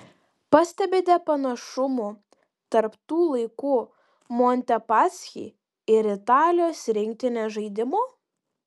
pastebite panašumų tarp tų laikų montepaschi ir italijos rinktinės žaidimo